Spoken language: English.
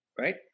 right